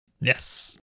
Yes